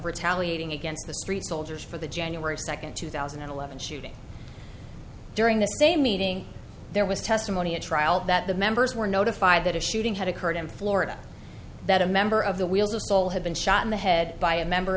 retaliating against the street soldiers for the january second two thousand and eleven shooting during the same meeting there was testimony at trial that the members were notified that a shooting had occurred in florida that a member of the wheels of soul had been shot in the head by a member